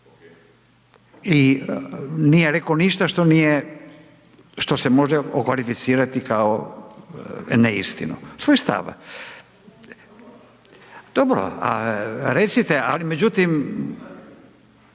I nije rekao ništa što nije, što se može okvalificirati kao neistinu. Svoj stav. Dobro, a recite, ali međutim,